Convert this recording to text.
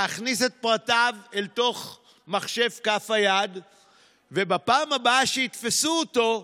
להכניס את פרטיו אל תוך מחשב כף היד ובפעם הבאה שיתפסו אותו,